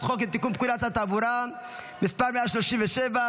החוק לתיקון פקודת התעבורה (מס' 137),